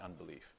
unbelief